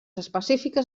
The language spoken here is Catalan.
específiques